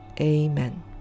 Amen